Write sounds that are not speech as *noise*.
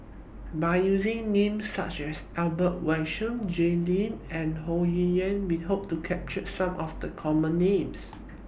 By using Names such as Albert *unintelligible* Jay Lim and Ho *unintelligible* Yuen We Hope to capture Some of The Common Names